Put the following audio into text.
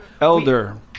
Elder